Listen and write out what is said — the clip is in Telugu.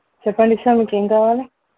చెప్పండి సార్ మీకు ఏమి కావాలి